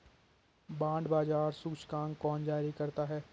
Bond बाजार सूचकांक कौन जारी करता है?